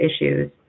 issues